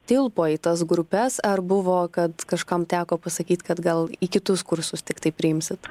tilpo į tas grupes ar buvo kad kažkam teko pasakyt kad gal į kitus kursus tiktai priimsit